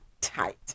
tight